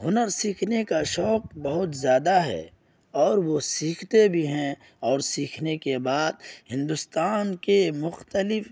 ہنر سیکھنے کا شوق بہت زیادہ ہے اور وہ سیکھتے بھی ہیں اور سیکھنے کے بعد ہندوستان کے مختلف